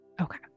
Okay